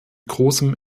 großem